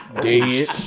Dead